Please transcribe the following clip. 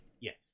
Yes